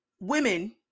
women